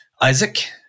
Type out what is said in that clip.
Isaac